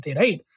right